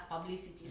publicity